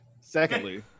secondly